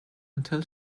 until